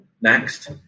next